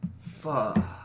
Fuck